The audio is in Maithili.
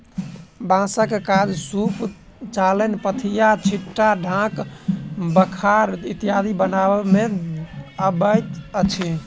बाँसक काज सूप, चालैन, पथिया, छिट्टा, ढाक, बखार इत्यादि बनबय मे अबैत अछि